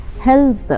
health